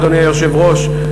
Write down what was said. אדוני היושב-ראש,